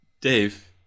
Dave